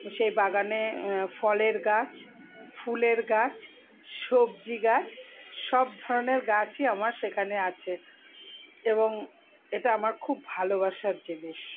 সে বাগানে ফলের গাছ ফুলের গাছ সবজি গাছ সব ধরনের গাছই আমার সেখানে আছে এবং এটা আমার খুব ভালোবাসার জিনিস